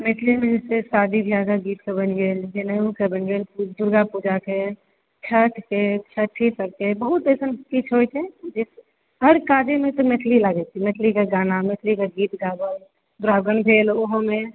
मैथिलीमे से शादी विवाहके गीतसभ बनि गेल फेर जनउके बनि गेल फेर दुर्गापूजाके छठिके छठिसभके बहुत अइसन किछु होइत छै जे हर काजेमे तऽ मैथिली लागैत छै मैथिलीके गाना मैथिलीके गीत गाओल द्विरागमन भेल ओहोमे